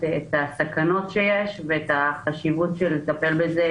הסכנות שיש ואת החשיבות שיש לטפל בזה,